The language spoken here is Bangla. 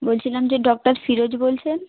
বলছিলাম যে ডক্টর ফিরোজ বলছেন